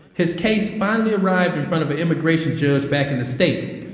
his case finally arrived in front of an immigration judge back in the states.